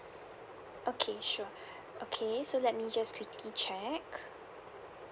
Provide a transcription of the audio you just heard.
okay sure okay so let me just quickly check